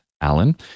Alan